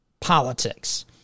politics